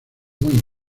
muy